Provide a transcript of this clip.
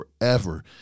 forever